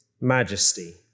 majesty